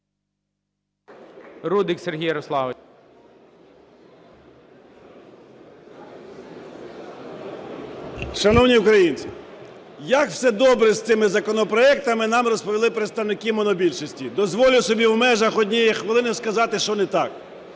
РУДИК С.Я. Шановні українці, як все добре з цими законопроектами, нам розповіли представники монобільшості. Дозволю собі в межах однієї хвилини сказати, що не так.